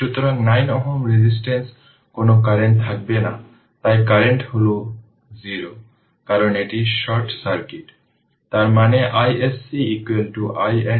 সুতরাং 9 Ω রেজিস্ট্যান্সে কোন কারেন্ট থাকবে না তাই কারেন্ট হল 0 কারণ এটি শর্ট সার্কিট তার মানে iSC IN 4 অ্যাম্পিয়ার হবে